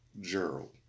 Gerald